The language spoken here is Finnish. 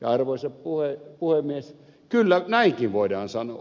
ja arvoisa puhemies kyllä näinkin voidaan sanoa